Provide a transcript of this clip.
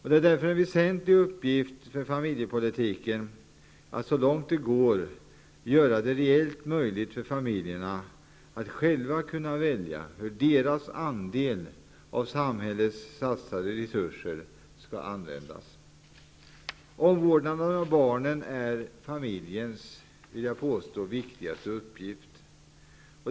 Det är därför en väsentligt uppgift för familjepolitiken att så långt det går göra det reellt möjligt för familjerna att själva välja hur deras andel av samhällets satsade resurser skall användas. Omvårdnaden av barnen är familjens viktigaste uppgift, vill jag påstå.